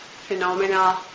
phenomena